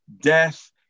Death